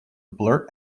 blurt